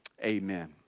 Amen